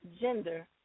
gender